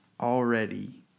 already